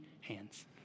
hands